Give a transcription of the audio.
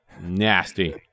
Nasty